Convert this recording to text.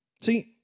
See